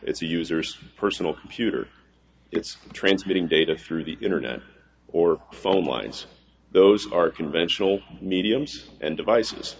it's the user's personal computer it's transmitting data through the internet or phone lines those are conventional mediums and devices